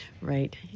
Right